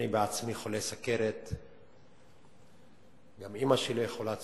אני עצמי חולה סוכרת, גם אמא שלי חולת סוכרת.